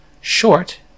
short